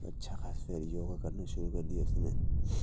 اچھا خاصا یوگا کرنا شروع کردیا اس نے